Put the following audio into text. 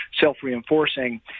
self-reinforcing